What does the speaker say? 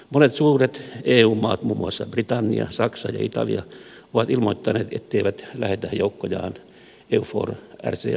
monet suuret eu maat muun muassa britannia saksa ja italia ovat ilmoittaneet etteivät lähetä joukkojaan eufor rca operaatioon